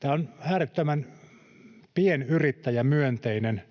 Tämä on äärettömän pienyrittäjämyönteinen